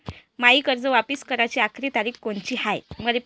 मायी कर्ज वापिस कराची आखरी तारीख कोनची हाय?